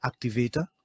activator